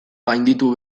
gainditu